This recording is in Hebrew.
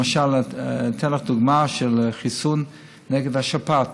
למשל אתן לך דוגמה של חיסון נגד השפעת.